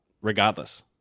regardless